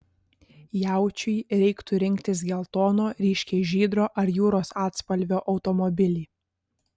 jaučiui reiktų rinktis geltono ryškiai žydro ar jūros atspalvio automobilį